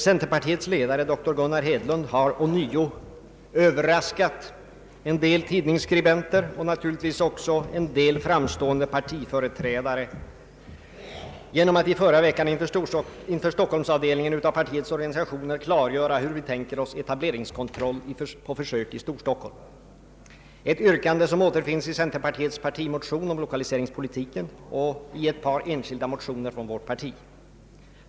Centerpartiets ledare, doktor Hedlund, har ånyo ”överraskat” en del tidningsskribenter och naturligtvis också en del framstående partiföreträdare genom att i förra veckan inför Stockholmsavdelningen av partiet klargöra hur vi tänker oss etableringskontroll på försök i Storstockholm, ett yrkande som återfinns i centerpartiets partimotion om lokaliseringspolitiken och i ett par enskilda motioner från vårt parti.